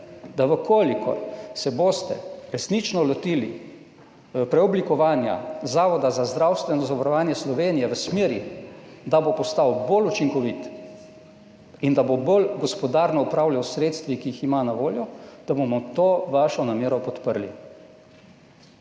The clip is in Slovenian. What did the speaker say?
da če se boste resnično lotili preoblikovanja Zavoda za zdravstveno zavarovanje Slovenije v smeri, da bo postal bolj učinkovit in da bo bolj gospodarno upravljal s sredstvi, ki jih ima na voljo, da bomo to vašo namero podprli.